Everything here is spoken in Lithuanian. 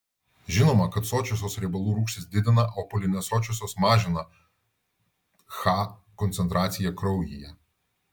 žinoma kad sočiosios riebalų rūgštys didina o polinesočiosios mažina ch koncentraciją kraujyje